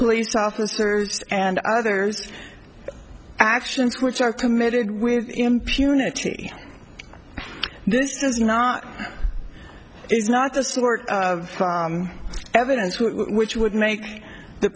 police officers and others actions which are committed with impunity this is not is not the sort of evidence which would make the